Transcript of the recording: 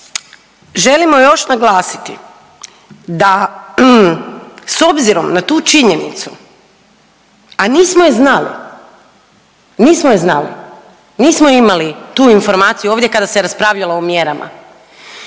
želimo još naglasiti da s obzirom na tu činjenicu, a nismo je znali, nismo je znali, nismo imali tu informaciju ovdje kada se je raspravljalo o mjerama,